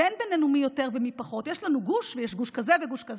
ואין בינינו מי יותר ומי פחות.